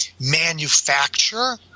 manufacture